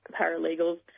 paralegals